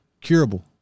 curable